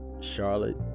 charlotte